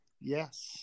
Yes